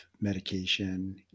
medication